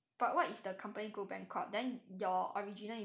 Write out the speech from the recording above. but what if the company go bangkok then your original